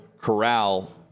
Corral